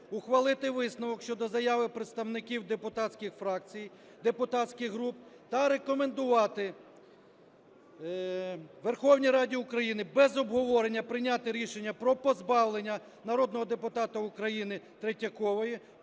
ухвалити висновок щодо заяви представників депутатських фракцій (депутатських груп) та рекомендувати Верховній Раді України без обговорення прийняти рішення про позбавлення народного депутата України Третьякової